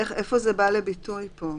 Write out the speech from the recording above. איפה זה בא לידי ביטוי פה?